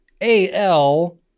AL